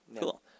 Cool